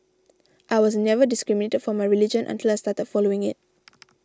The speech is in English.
I was never discriminated for my religion until I started following it